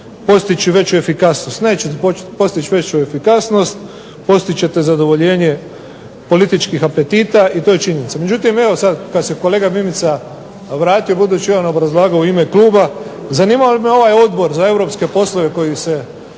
postići veću efikasnost. Nećete postići veću efikasnost, postići ćete zadovoljenje političkih apetita i to je činjenica. Međutim, evo sad kad se kolega Mimica vratio budući je on obrazlagao u ime kluba, zanimao bi me ovaj Odbor za europske poslove koji se